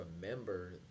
remember